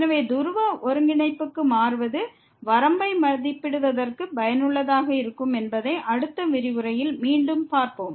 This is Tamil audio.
எனவே துருவ ஒருங்கிணைப்புக்கு மாறுவது வரம்பை மதிப்பிடுவதற்கு பயனுள்ளதாக இருக்கும் என்பதை அடுத்த விரிவுரையில் மீண்டும் பார்ப்போம்